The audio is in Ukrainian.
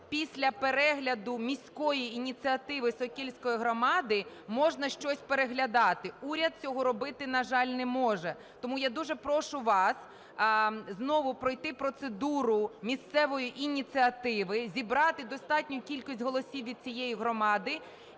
після перегляду міської ініціативи Сокільської громади можна щось переглядати. Уряд цього робити, на жаль, не може. Тому я дуже прошу вас знову пройти процедуру місцевої ініціативи, зібрати достатню кількість голосів від цієї громади